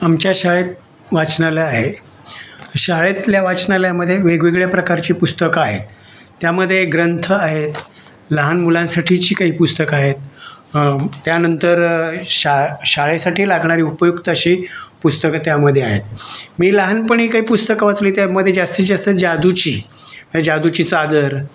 आमच्या शाळेत वाचनालय आहे शाळेतल्या वाचनालयामध्ये वेगवेगळ्या प्रकारची पुस्तकं आहेत त्यामध्ये ग्रंथ आहेत लहान मुलांसाठीची काही पुस्तकं आहेत त्यानंतर शा शाळेसाठी लागणारी उपयुक्त अशी पुस्तकं त्यामध्ये आहेत मी लहानपणी काही पुस्तकं वाचली त्यामध्ये जास्तीतजास्त जादूची म्हणजे जादूची चादर